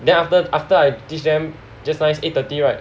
then after that after I teach them just nice eight thirty right